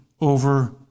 over